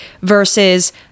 versus